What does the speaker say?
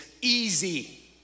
easy